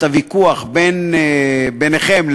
ויכוח ביניכם,